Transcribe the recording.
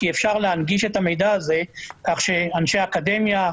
כי אפשר להנגיש את המידע הזה כך שאנשי אקדמיה,